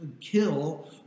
kill